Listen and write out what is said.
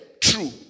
true